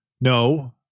no